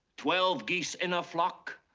twelve geese in a flock.